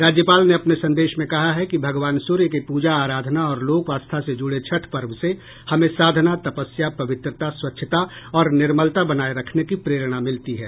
राज्यपाल ने अपने संदेश में कहा है कि भगवान सूर्य की प्रजा आराधना और लोक आस्था से जुड़े छठ पर्व से हमें साधना तपस्या पवित्रता स्वच्छता और निर्मलता बनाये रखने की प्रेरणा मिलती है